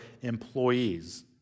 employees